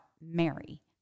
Mary